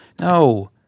no